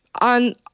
on